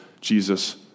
Jesus